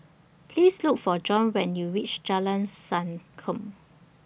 Please Look For John when YOU REACH Jalan Sankam